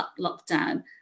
lockdown